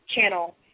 channel